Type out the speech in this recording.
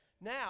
Now